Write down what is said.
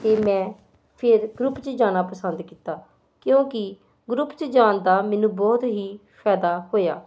ਅਤੇ ਮੈਂ ਫਿਰ ਗਰੁੱਪ 'ਚ ਜਾਣਾ ਪਸੰਦ ਕੀਤਾ ਕਿਉਂਕਿ ਗਰੁੱਪ 'ਚ ਜਾਣ ਦਾ ਮੈਨੂੰ ਬਹੁਤ ਹੀ ਫਾਇਦਾ ਹੋਇਆ